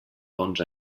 bons